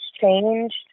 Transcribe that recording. changed